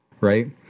right